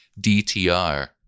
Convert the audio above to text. DTR